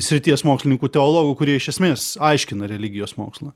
srities mokslininkų teologų kurie iš esmės aiškina religijos mokslą